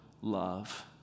love